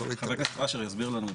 אולי חבר הכנסת יעקב אשר יסביר לנו,